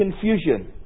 confusion